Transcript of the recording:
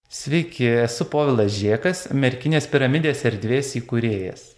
sveiki esu povilas žėkas merkinės piramidės erdvės įkūrėjas